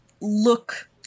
look